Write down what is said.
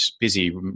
busy